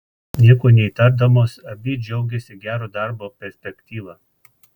nieko neįtardamos abi džiaugėsi gero darbo perspektyva